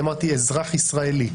אני אמרתי אזרח ישראלי.